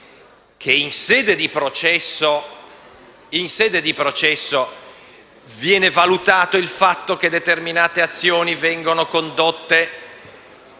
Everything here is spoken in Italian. che, in sede di processo, viene valutato il fatto che determinate azioni vengono condotte